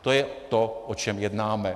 To je to, o čem jednáme.